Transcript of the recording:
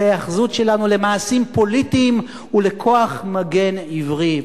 ההיאחזות שלנו למעשים פוליטיים ולכוח מגן עברי,